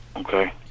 Okay